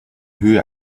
höhe